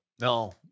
No